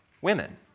women